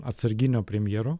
atsarginio premjero